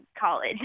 college